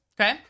Okay